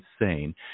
insane